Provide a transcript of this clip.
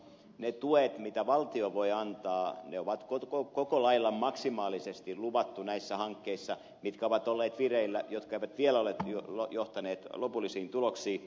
ne tuet mitä valtio voi antaa on koko lailla maksimaalisesti luvattu näihin hankkeisiin jotka ovat olleet vireillä mutta jotka eivät vielä ole johtaneet lopullisiin tuloksiin